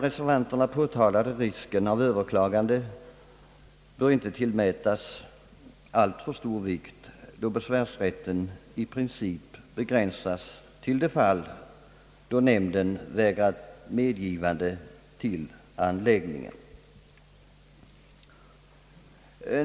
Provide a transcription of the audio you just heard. Den påtalade risken för överklagande bör inte tillmätas alltför stor vikt, då besvärsrätten i princip begränsas till de fall då nämnden vägrat medgivande till anläggningen.